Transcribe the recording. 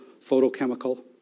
photochemical